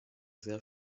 sehr